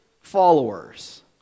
followers